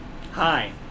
hi